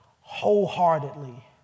wholeheartedly